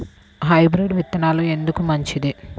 Hybrid విత్తనాలు ఎందుకు మంచిది?